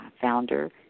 founder